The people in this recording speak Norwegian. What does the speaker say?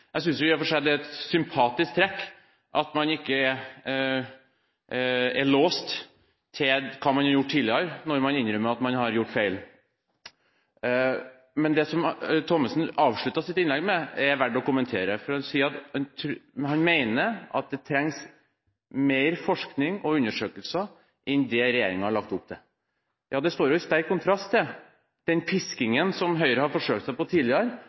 Jeg synes i og for seg at det er et sympatisk trekk at man ikke er låst til hva man har gjort tidligere, når man innrømmer at man har gjort feil. Det som Thommessen avsluttet sitt innlegg med, er verdt å kommentere. Han sier at han mener at det trengs mer forskning og flere undersøkelser enn det regjeringen har lagt opp til. Ja, det står i sterk kontrast til den piskingen som Høyre har forsøkt seg på tidligere,